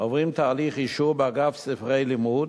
עוברים תהליך אישור באגף ספרי לימוד,